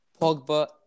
Pogba